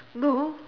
no